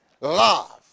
love